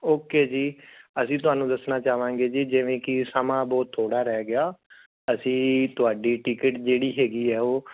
okay ਜੀ ਅਸੀਂ ਤੁਹਾਨੂੰ ਦੱਸਣਾ ਚਾਹਵਾਂਗੇ ਜੀ ਜਿਵੇਂ ਕਿ ਸਮਾਂ ਬਹੁਤ ਥੋੜ੍ਹਾ ਰਹਿ ਗਿਆ ਅਸੀਂ ਤੁਹਾਡੀ ਟਿਕਟ ਜਿਹੜੀ ਹੈਗੀ ਆ ਉਹ